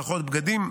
מערכות בגדים,